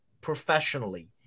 professionally